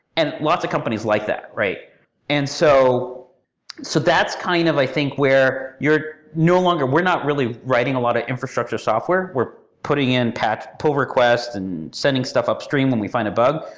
and lots of companies like that. and so so that's kind of, i think, where you're no longer we're not really writing a lot of infrastructure software. we're putting in pat, pull requests, and sending stuff upstream when we find a bug.